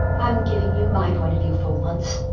i'm giving you my point of view for once.